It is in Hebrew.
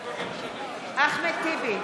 בעד אחמד טיבי,